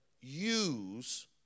use